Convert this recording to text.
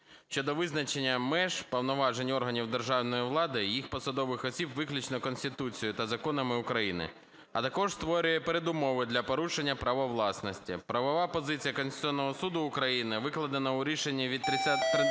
щодо визначення меж повноважень органів державної влади і їх посадових осіб виключно Конституцією та законами України, а також створює передумови для порушення права власності. Правова позиція Конституційного Суду України, викладена у рішенні від 30 травня